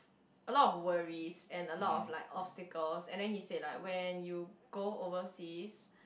a lot of worries and a lot of like obstacles and then he said like when you go overseas